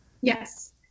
Yes